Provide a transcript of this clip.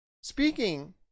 Speaking